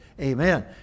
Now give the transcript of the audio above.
amen